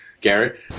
Garrett